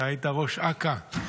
אתה היית ראש אכ"א,